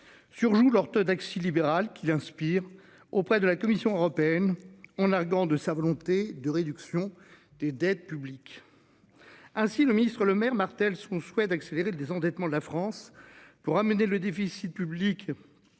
Surjoue l'orthodoxie libérale qui l'inspire auprès de la Commission européenne on arguant de sa volonté de réduction des dettes publiques. Ainsi le ministre-Lemaire martèle son souhait d'accélérer le désendettement de la France pour ramener le déficit public.